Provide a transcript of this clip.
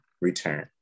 return